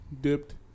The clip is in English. Dipped